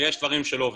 ויש דברים שלא עובדים.